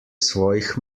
svojih